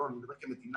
אני מדבר כמדינה,